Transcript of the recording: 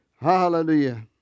Hallelujah